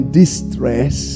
distress